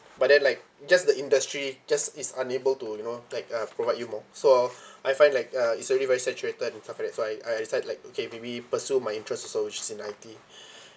but then like just the industry just is unable to you know like uh provide you more so I find like uh it's already very saturated and stuff like that so I I decide like okay maybe pursue my interest also which is in I_T